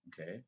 okay